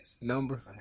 Number